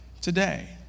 today